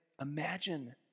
imagine